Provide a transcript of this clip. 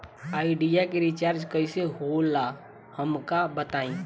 Idea के recharge कईसे होला हमका बताई?